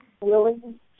Willing